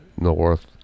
North